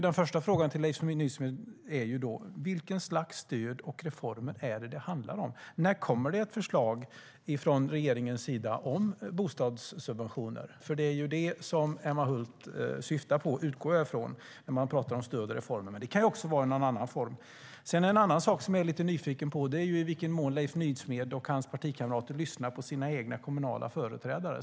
Den första frågan till Leif Nysmed blir då: Vilket slags stöd och reformer handlar det om? När kommer det ett förslag från regeringen om bostadssubventioner? Jag utgår från att det var detta Emma Hult syftade på när hon pratade om stöd och reformer, men det kan också ha varit någon annan form. En annan sak jag är lite nyfiken på är i vilken mån Leif Nysmed och hans partikamrater lyssnar på sina egna kommunala företrädare.